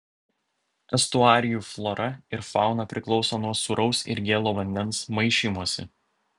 estuarijų flora ir fauna priklauso nuo sūraus ir gėlo vandens maišymosi